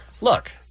look